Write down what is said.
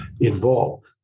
involved